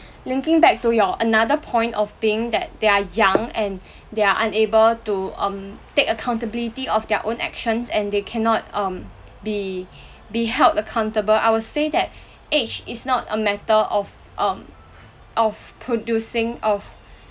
linking back to your another point of being that they're young and they're unable to um take accountability of their own actions and they cannot um be be held accountable I would say that age is not a matter of um of producing of